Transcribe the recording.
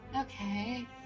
Okay